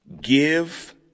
give